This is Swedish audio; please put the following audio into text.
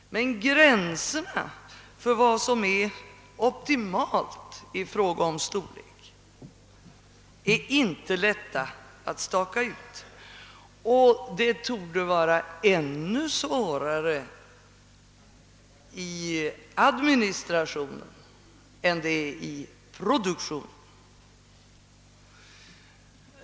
Men gränserna för vad som är optimalt i fråga om storlek är inte lätta att staka ut, och det torde vara ännu svårare i administrationen än det är i produktionen.